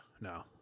no